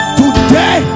today